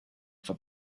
for